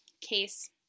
case